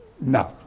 No